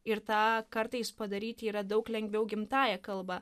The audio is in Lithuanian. ir tą kartais padaryti yra daug lengviau gimtąja kalba